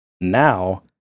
Now